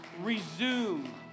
resume